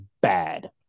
bad